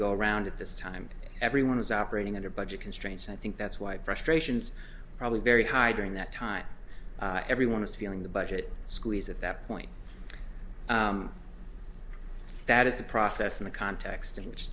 go around at this time everyone is operating under budget constraints and i think that's why frustrations probably very high during that time everyone is feeling the budget squeeze at that point that is the process in the context in which